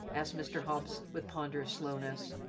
asked mr. hobbs, with ponderous slowness,